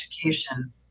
education